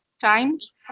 times